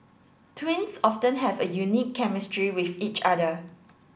twins often have a unique chemistry with each other